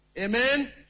Amen